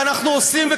ואנחנו עושים,